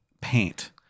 paint